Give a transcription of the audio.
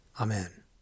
Amen